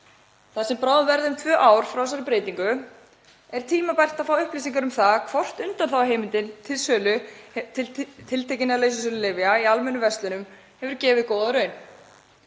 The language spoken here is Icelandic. Þar sem bráðum verða um tvö ár frá þessari breytingu er tímabært að fá upplýsingar um það hvort undanþáguheimildin til sölu tiltekinna lausasölulyfja í almennum verslunum hefur gefið góða raun.